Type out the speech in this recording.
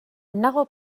nago